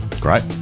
great